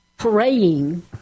praying